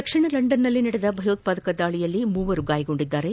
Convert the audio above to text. ದಕ್ಷಿಣ ಲಂಡನ್ನಲ್ಲಿ ನಡೆದ ಭಯೋತ್ಪಾದಕ ದಾಳಿಯಲ್ಲಿ ಮೂವರು ಗಾಯಗೊಂಡಿದ್ದಾರೆ